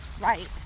Right